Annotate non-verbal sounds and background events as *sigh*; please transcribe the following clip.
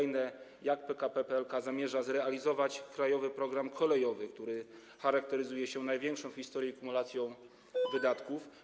Jak PKP PLK zamierza zrealizować „Krajowy program kolejowy”, który charakteryzuje się największą w historii kumulacją *noise* wydatków?